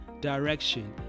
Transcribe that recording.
direction